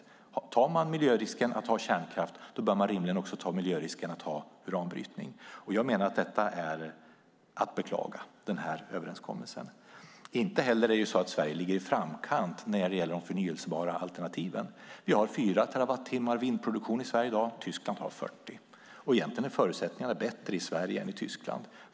Om man tar miljörisken att ha kärnkraft bör man rimligen också ta miljörisken att ha uranbrytning. Överenskommelsen är bara att beklaga. Inte heller ligger Sverige i framkant med de förnybara alternativen. Vi har 4 terawattimmar vindproduktion i Sverige i dag. Tyskland har 40. Egentligen är förutsättningarna bättre i Sverige än i Tyskland.